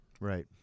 right